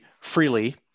freely